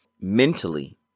mentally